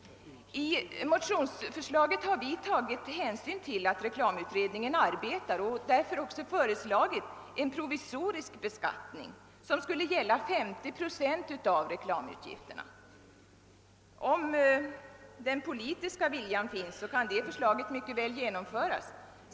I motionsförslaget har vi tagit hänsyn till att reklamutredningen arbetar och därför också föreslagit en provisorisk beskattning som skulle gälla 50 procent av reklamutgifterna. Om den politiska viljan finns kan förslaget mycket väl genomföras.